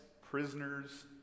prisoners